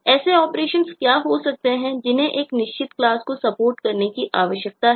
ऐसे ऑपरेशन क्या हो सकते हैं जिन्हें एक निश्चित क्लास को सपोर्ट करने की आवश्यकता है